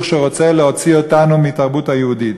שרוצה להוציא אותנו מהתרבות היהודית.